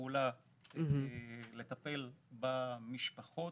לפעולה לטפל במשפחות.